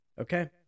Okay